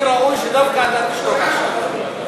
הכי ראוי שדווקא אתה תשתוק עכשיו.